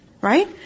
right